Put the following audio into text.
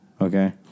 Okay